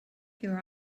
pure